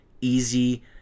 easy